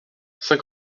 saint